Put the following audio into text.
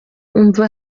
umva